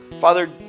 Father